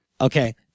Okay